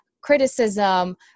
criticism